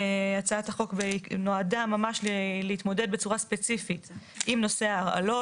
הצעת החוק נועדה ממש להתמודד בצורה ספציפית עם נושא ההרעלות.